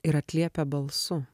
ir atliepia balsu